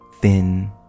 thin